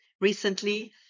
recently